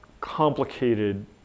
complicated